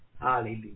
Hallelujah